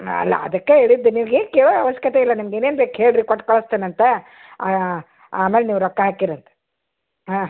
ಅಲ್ಲ ಅದಕ್ಕೆ ಹೇಳಿದ್ದು ನಿಮಗೆ ಕೇಳೋ ಅವಶ್ಯಕತೆ ಇಲ್ಲ ನಿಮಗೆ ಇನ್ನೇನು ಬೇಕು ಕೇಳಿರಿ ಕೊಟ್ಟು ಕಳಿಸ್ತೇನಂತೆ ಆಮೇಲೆ ನೀವು ರೊಕ್ಕ ಹಾಕೀರಂತೆ ಹಾಂ